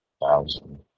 thousand